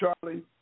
Charlie